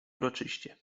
uroczyście